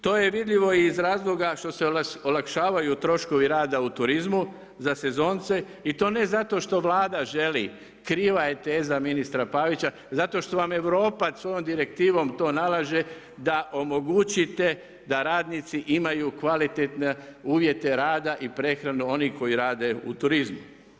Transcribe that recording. To je vidljivo iz razloga što se olakšavaju troškovi rada u turizmu i to ne zato što Vlada želi, kriva je teza ministra Pavića, zato što vam Europa svojom direktivom to nalaže da omogućite da radnici imaju kvalitetne uvjete rada i prehranu oni koji rade u turizmu.